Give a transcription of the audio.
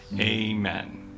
Amen